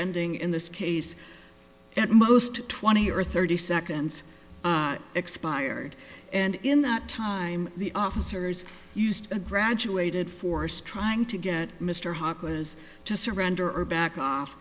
ending in this case at most twenty or thirty seconds expired and in that time the officers used a graduated force trying to get mr harkless to surrender or back off